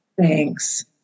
Thanks